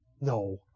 No